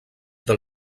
del